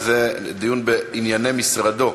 שזה דיון בענייני משרדו,